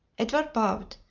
edward bowed,